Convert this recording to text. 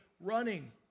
running